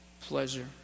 pleasure